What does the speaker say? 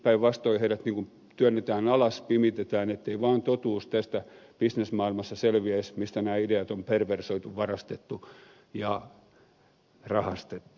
päinvastoin heidät työnnetään alas pimitetään ettei vaan totuus tästä bisnesmaailmassa selviäisi mistä nämä ideat on perversoitu varastettu ja rahastettu